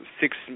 six